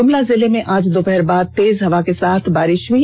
गुमला जिले में आज दोपहर बाद तेज हवा के साथ बारिष हुई